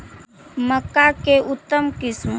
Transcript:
मक्का के उतम किस्म?